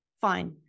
Fine